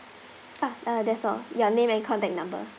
ah uh that's all your name and contact number